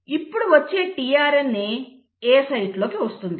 ఇప్పుడు వచ్చే tRNA A సైట్లో వస్తుంది